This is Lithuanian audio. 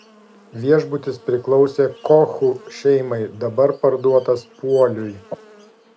viešbutis priklausė kochų šeimai dabar parduotas puoliui